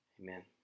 Amen